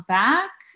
back